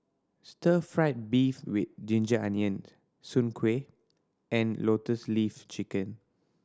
stir fried beef with ginger onion soon kway and Lotus Leaf Chicken